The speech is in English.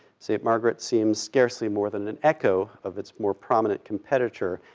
st. margaret's seems scarcely more than an echo of its more prominent competitor,